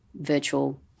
virtual